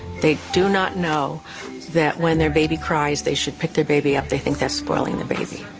they do not know that when their baby cries they should pick their baby up. they think they're spoiling the baby.